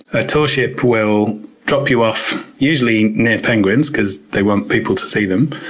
a tour ship will drop you off, usually near penguins because they want people to see them,